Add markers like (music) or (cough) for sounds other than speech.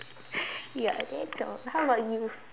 (breath) ya that's all how about you